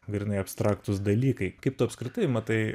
grynai abstraktūs dalykai kaip tu apskritai matai